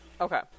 Okay